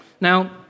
Now